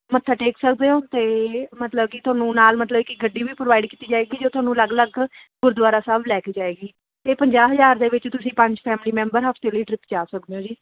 ਮੱਥਾ ਟੇਕ ਸਕਦੇ ਹੋ ਅਤੇ ਮਤਲਬ ਕਿ ਤੁਹਾਨੂੰ ਨਾਲ ਮਤਲਬ ਕਿ ਗੱਡੀ ਵੀ ਪ੍ਰੋਵਾਈਡ ਕੀਤੀ ਜਾਏਗੀ ਜੋ ਤੁਹਾਨੂੰ ਅਲੱਗ ਅਲੱਗ ਗੁਰਦੁਆਰਾ ਸਾਹਿਬ ਲੈ ਕੇ ਜਾਏਗੀ ਅਤੇ ਪੰਜਾਹ ਹਜ਼ਾਰ ਦੇ ਵਿੱਚ ਤੁਸੀਂ ਪੰਜ ਫੈਮਲੀ ਮੈਂਬਰ ਹਫ਼ਤੇ ਲਈ ਟ੍ਰਿਪ ਜਾ ਸਕਦੇ ਹੋ ਜੀ